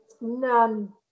None